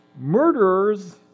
murderers